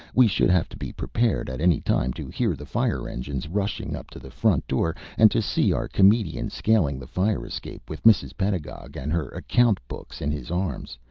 we should have to be prepared at any time to hear the fire-engines rushing up to the front door, and to see our comedian scaling the fire-escape with mrs. pedagog and her account-books in his arms,